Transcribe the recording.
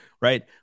right